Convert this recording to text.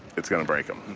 it's going to break them,